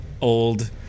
old